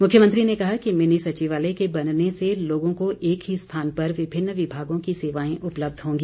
मुख्यमंत्री ने कहा कि मिनी सचिवालय के बनने से लोगों को एक ही स्थान पर विभिन्न विभागों की सेवाए उपलब्ध होंगी